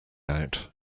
out